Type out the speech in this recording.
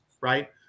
right